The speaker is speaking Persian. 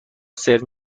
سرو